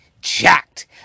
jacked